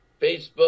Facebook